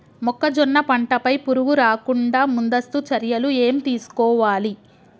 మొక్కజొన్న పంట పై పురుగు రాకుండా ముందస్తు చర్యలు ఏం తీసుకోవాలి?